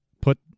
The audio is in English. put